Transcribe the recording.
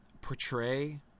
portray